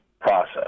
process